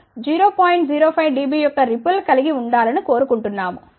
05 dB యొక్క ripple కలిగి ఉండాలని కోరుకుంటున్నాము